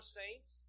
saints